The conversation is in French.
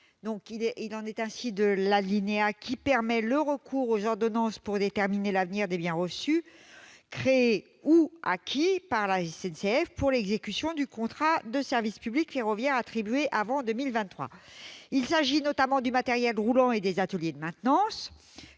Il en est ainsi de l'alinéa 6, qui permet le recours aux ordonnances pour déterminer le devenir des biens reçus, créés ou acquis par la SNCF pour l'exécution d'un contrat de service public ferroviaire attribué avant 2023. Il s'agit notamment du matériel roulant et des ateliers de maintenance.